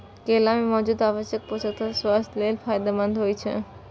केला मे मौजूद आवश्यक पोषक तत्व स्वास्थ्य लेल फायदेमंद होइ छै